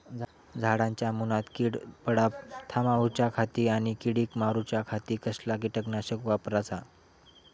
झाडांच्या मूनात कीड पडाप थामाउच्या खाती आणि किडीक मारूच्याखाती कसला किटकनाशक वापराचा?